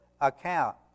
account